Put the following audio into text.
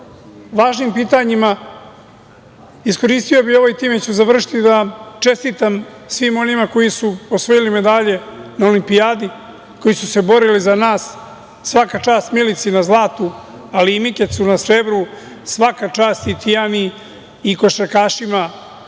važnim pitanjima. Iskoristio bih ovo, i time ću završiti, da čestitam svima onima koji su osvojili medalje na Olimpijadi, koji su se borili za nas. Svaka čast Milici na zlatu, ali i Mikecu na srebru. Svaka čast i Tijani i košarkašima